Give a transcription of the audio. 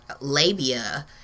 labia